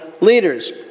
leaders